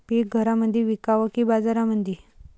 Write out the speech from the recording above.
पीक घरामंदी विकावं की बाजारामंदी?